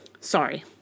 Sorry